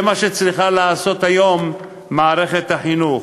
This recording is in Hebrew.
זה מה שצריכה לעשות היום מערכת החינוך.